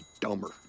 dumber